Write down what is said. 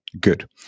good